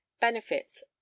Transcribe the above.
benefits